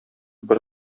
бер